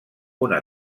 una